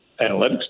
analytics